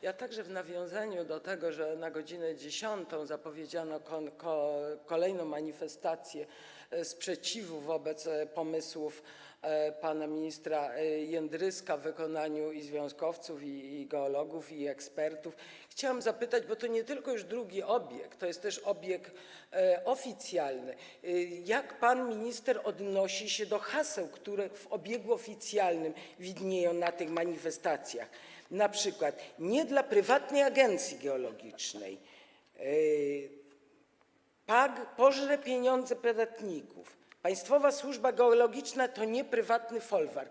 Ja także w nawiązaniu do tego, że na godz. 10 zapowiedziano kolejną manifestację sprzeciwu wobec pomysłów pana ministra Jędryska w wykonaniu i związkowców, i geologów, i ekspertów, chciałam zapytać, bo to już nie tylko drugi obieg, to jest też obieg oficjalny, jak pan minister odnosi się do haseł, które widnieją w obiegu oficjalnym, na tych manifestacjach, np.: „Nie dla Prywatnej Agencji Geologicznej”, „PAG pożre pieniądze podatników”, „Państwowa służba geologiczna to nie prywatny folwark”